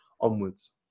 onwards